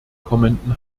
kommenden